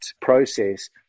process